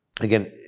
again